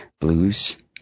blues